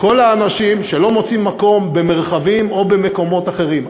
כל האנשים שלא מוצאים מקום במרחבים או במקומות אחרים.